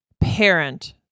parent